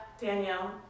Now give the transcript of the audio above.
Danielle